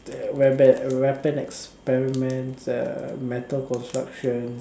weapon weapon experiments uh metal construction